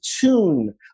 tune